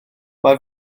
mae